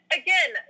again